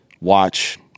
watch